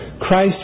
Christ